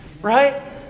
Right